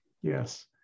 Yes